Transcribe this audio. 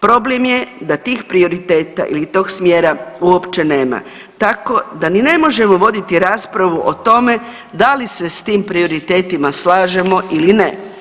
Problem je da tih prioriteta ili tog smjera uopće nema, tako da ni ne možemo voditi raspravu o tome da li se s tim prioritetima slažemo ili ne.